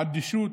האדישות